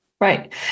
Right